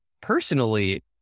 personally